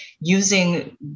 using